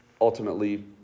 ultimately